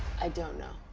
i don't know.